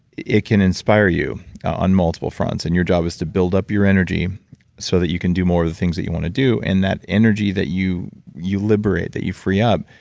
it can inspire you on multiple fronts and your job is to build up your energy so that you can do more of the things that you want to do, and that energy that you you liberate, that you free up,